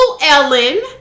Ellen